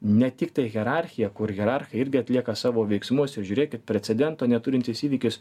ne tiktai hierarchija kur hierarchai irgi atlieka savo veiksmus ir žiūrėkit precedento neturintis įvykis